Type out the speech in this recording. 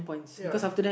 ya